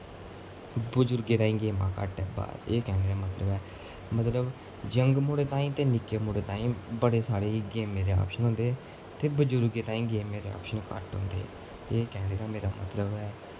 बजुर्गें ताईं गेमां घट्ट ऐ एह् कैह्ने दा मतलब ऐ मतलब यंग मुड़ें ताईं ते निक्कें मुड़ें ताईं बड़ी सारी गेमें दे आप्शन होंदे ते बजुर्गें ताईं गेमें दे आप्शन घट्ट होंदे एह् कैह्ने दा मेरा मतलब ऐ